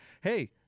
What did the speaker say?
hey